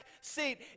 seat